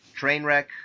Trainwreck